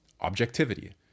objectivity